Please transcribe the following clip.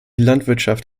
landwirtschaft